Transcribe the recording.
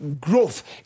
growth